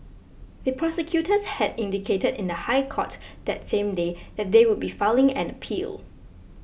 the prosecutors had indicated in the High Court that same day that they would be filing an appeal